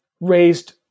raised